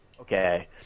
Okay